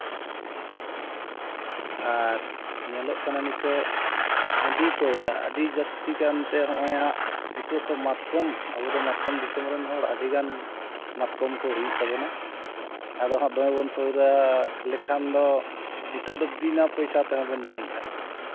ᱟᱨ ᱧᱮᱞᱚᱜ ᱠᱟᱱᱟ ᱱᱤᱛᱳᱜ ᱦᱟᱺᱰᱤ ᱯᱟᱹᱣᱨᱟᱹ ᱟᱹᱰᱤ ᱡᱟᱹᱥᱛᱤ ᱜᱟᱱᱛᱮ ᱦᱚᱸᱜᱼᱚᱭ ᱦᱟᱸᱜ ᱱᱤᱛᱳᱜ ᱛᱚ ᱢᱟᱛᱠᱚᱢ ᱟᱵᱚᱫᱚ ᱢᱟᱛᱠᱚᱢ ᱫᱤᱥᱚᱢ ᱨᱮᱱ ᱦᱚᱲ ᱟᱹᱰᱤᱜᱟᱱ ᱢᱟᱛᱠᱚᱢ ᱠᱚ ᱦᱩᱭᱩᱜ ᱛᱟᱵᱚᱱᱟ ᱟᱫᱚ ᱦᱟᱸᱜ ᱫᱚᱢᱮ ᱵᱚᱱ ᱯᱟᱹᱣᱨᱟᱹ ᱞᱮᱠᱷᱟᱱ ᱫᱚ ᱱᱤᱛᱳᱜ ᱫᱚ ᱵᱤᱱᱟᱹ ᱯᱚᱭᱥᱟ ᱛᱮᱦᱚᱸ ᱵᱚᱱ ᱧᱩᱭᱮᱜᱼᱟ